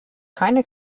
keine